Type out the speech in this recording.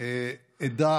עדה